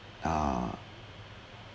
uh